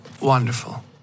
wonderful